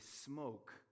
smoke